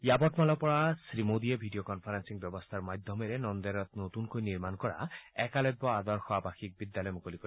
য়ৱটমালৰ পৰা শ্ৰীমোদীয়ে ভিডিঅ কনফাৰেপি ব্যৱস্থাৰ মাধ্যমেৰে নান্দেৰত নতুনকৈ নিৰ্মাণ কৰা একালব্য আদৰ্শ আৱাসীক বিদ্যালয় মুকলি কৰিব